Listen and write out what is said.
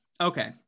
okay